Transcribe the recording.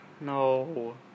No